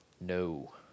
No